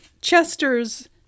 Chester's